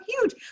huge